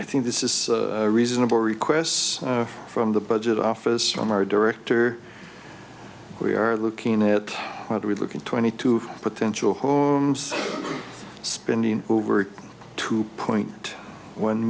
i think this is reasonable requests from the budget office from our director we are looking at how do we look in twenty two potential spending over two point one